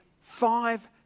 five